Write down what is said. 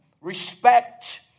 respect